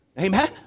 amen